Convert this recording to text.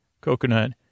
coconut